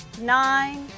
Nine